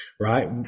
right